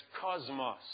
cosmos